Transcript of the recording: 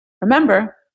Remember